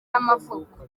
y’amavuko